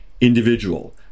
individual